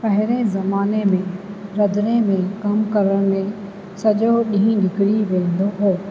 पहिरें ज़माने में रंधिणे में कमु करण में सॼो ॾींहुं निकिरी वेंदो हो